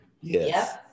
Yes